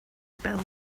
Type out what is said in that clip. bêl